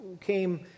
came